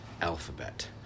alphabet